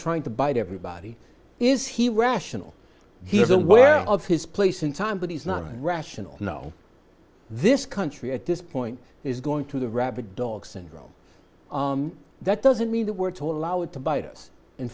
trying to bite everybody is he rational he's aware of his place in time but he's not rational you know this country at this point is going to the rabid dog syndrome that doesn't mean that we're told allow it to bite us in